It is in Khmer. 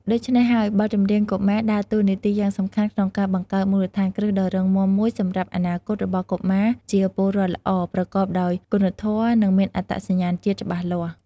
ដូច្នេះហើយ បទចម្រៀងកុមារដើរតួនាទីយ៉ាងសំខាន់ក្នុងការបង្កើតមូលដ្ឋានគ្រឹះដ៏រឹងមាំមួយសម្រាប់អនាគតរបស់កុមារជាពលរដ្ឋល្អ ប្រកបដោយគុណធម៌ និងមានអត្តសញ្ញាណជាតិច្បាស់លាស់។